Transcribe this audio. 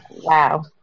Wow